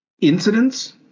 incidents